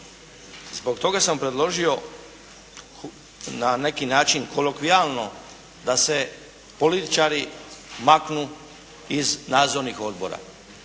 Zbog toga sam predložio na neki način kolokvijalno da se političari maknu iz nadzornih odbora.